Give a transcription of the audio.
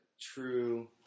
true